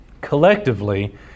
collectively